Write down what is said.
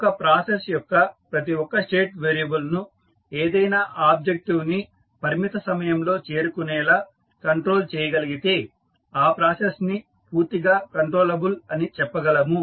ఒక ప్రాసెస్ యొక్క ప్రతి ఒక్క స్టేట్ వేరియబుల్ ను ఏదైనా ఆబ్జెక్టివ్ ని పరిమిత సమయంలో చేరుకునేలా కంట్రోల్ చేయగలిగితే ఆ ప్రాసెస్ ని పూర్తిగా కంట్రోలబుల్ అని చెప్పగలము